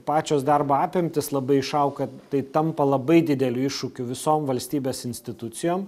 pačios darbo apimtys labai išauga tai tampa labai dideliu iššūkiu visom valstybės institucijom